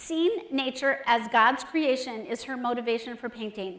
seen nature as god's creation is her motivation for painting